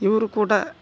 ಇವರು ಕೂಡ